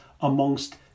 amongst